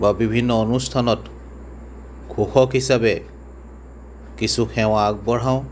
বা বিভিন্ন অনুষ্ঠানত ঘোষক হিচাপে কিছু সেৱা আগবঢ়াওঁ